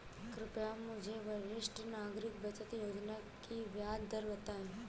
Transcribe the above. कृपया मुझे वरिष्ठ नागरिक बचत योजना की ब्याज दर बताएं?